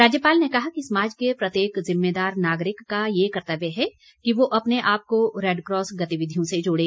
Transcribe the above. राज्यपाल ने कहा कि समाज के प्रत्येक जिम्मेदार नागरिक का ये कर्त्तव्य है कि वो अपने आप को रैडक्रॉस गतिविधियों से जोड़े